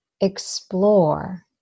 explore